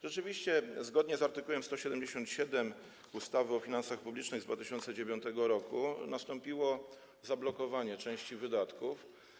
Rzeczywiście, zgodnie z art. 177 ustawy o finansach publicznych z 2009 r., nastąpiło zablokowanie części wydatków.